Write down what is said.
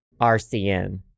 RCN